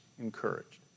encouraged